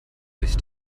sich